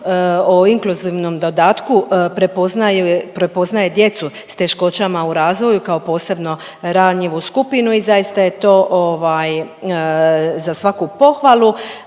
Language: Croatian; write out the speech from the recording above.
o inkluzivnom dodatku prepoznaje djecu sa teškoćama u razvoju kao posebno ranjivu skupinu i zaista je to za svaku pohvalu.